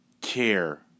care